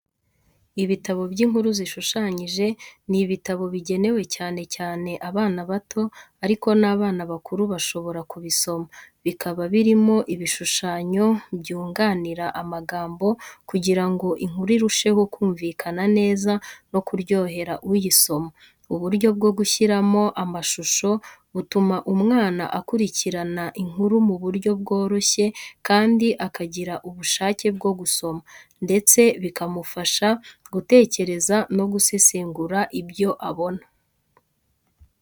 Ibitabo by’inkuru zishushanyije ni ibitabo bigenewe cyane cyane abana bato ariko n’abantu bakuru bashobora kubisoma, bikaba birimo ibishushanyo byunganira amagambo kugira ngo inkuru irusheho kumvikana neza no kuryohera uyisoma. Uburyo bwo gushyiramo amashusho butuma umwana akurikirana inkuru mu buryo bworoshye kandi akagira ubushake bwo gusoma, ndetse bikamufasha gutekereza no gusesengura ibyo abona.